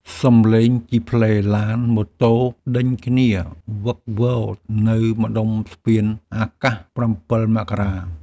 សំឡេងស៊ីផ្លេឡានម៉ូតូដេញគ្នាវឹកវរនៅម្ដុំស្ពានអាកាស ៧ មករា។